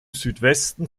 südwesten